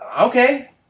okay